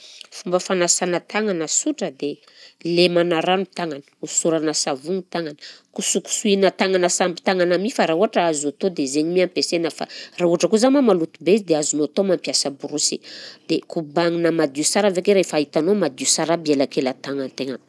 Fomba fanasana tagnana sotra dia lemana rano tagnana, hosorana savony tagnana, kosokosohina tagnana samby tagnana mi fa raha ohatra azo atao dia zegny mi ampiasaina fa raha ohatra koza moa maloto be izy dia azonao atao mampiasa borosy, dia kobagnina madio sara avy akeo rehefa hitanao madio sara aby elankelan-tagnan-tegna.